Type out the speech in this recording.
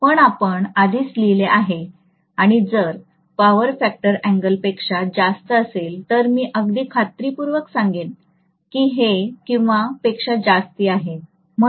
पण आपण आधीच लिहिले आहे आणि जर पॉवर फॅक्टर अँगल पेक्षा जास्त असेल तर मी अगदी खात्री पूर्वक सांगेन की हे किंवा पेक्षा जास्ती आहे